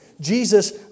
Jesus